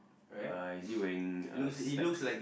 uh is he wearing a specs